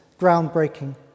groundbreaking